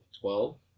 Twelve